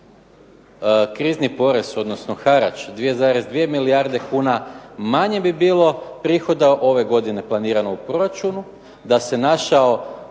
krizni porez odnosno harač 2,2 milijarde kuna manje bi bilo prihoda planirano u proračunu, da se našao